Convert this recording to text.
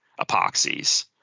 epoxies